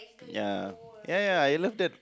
ya ya ya I love that